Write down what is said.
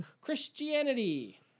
Christianity